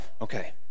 okay